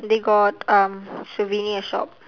they got um souvenir shop